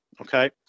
Okay